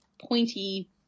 pointy